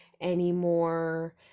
anymore